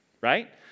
right